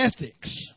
ethics